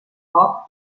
foc